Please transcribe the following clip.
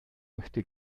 möchte